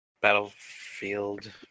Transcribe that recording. Battlefield